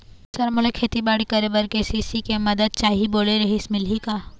Sir मोला खेतीबाड़ी करेबर के.सी.सी के मंदत चाही बोले रीहिस मिलही का?